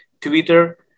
Twitter